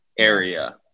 area